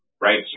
right